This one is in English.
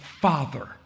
father